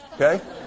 Okay